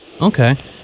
Okay